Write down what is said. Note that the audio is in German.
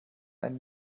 ein